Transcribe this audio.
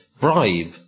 bribe